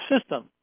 system